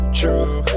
true